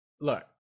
look